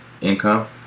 income